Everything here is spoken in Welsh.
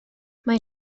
mae